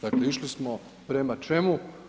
Dakle, ušli smo prema čemu?